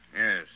Yes